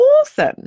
awesome